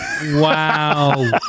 Wow